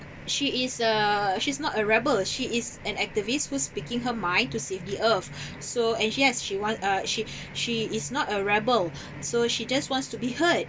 she is a she's not a rebel she is an activist who's speaking her mind to save the earth so and yes she want uh she she is not a rebel so she just wants to be heard